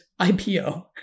IPO